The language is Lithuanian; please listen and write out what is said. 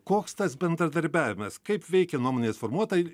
koks tas bendradarbiavimas kaip veikia nuomonės formuotojai